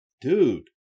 Dude